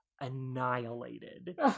annihilated